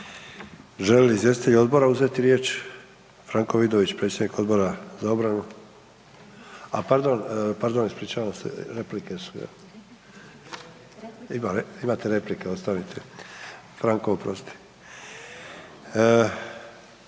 li izvjestitelj Odbora uzeti riječ? Franko Vidović, predsjednik Odbora za obranu, a pardon, pardon, ispričavam se, replike su, jel?, imate replike, ostanite, Franko oprosti.